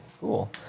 Cool